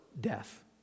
death